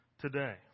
today